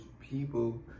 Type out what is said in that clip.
people